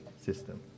system